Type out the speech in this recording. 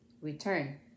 return